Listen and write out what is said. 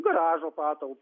garažo patalpos